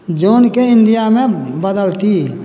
जोनके इंडियामे बदलती